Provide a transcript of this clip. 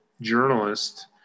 journalist